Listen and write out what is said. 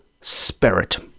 spirit